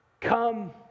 Come